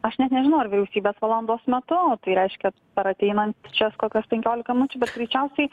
aš net nežinau ar vyriausybės valandos metu tai reiškia per ateinančias kokias penkiolika minučių bet greičiausiai